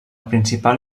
principal